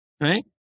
Right